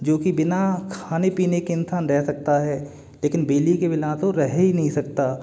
जो कि बिना खाने पीने के इंसान रह सकता है लेकिन बिजली के बिना तो रह ही नहीं सकता